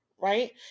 Right